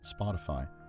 Spotify